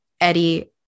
Eddie